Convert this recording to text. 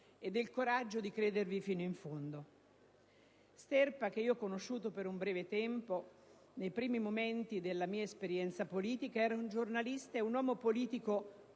e del coraggio di crederci fino in fondo. Sterpa, che io ho conosciuto per un breve tempo, nei primi momenti della mia esperienza politica, era un giornalista e un uomo politico